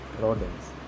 rodents